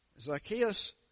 Zacchaeus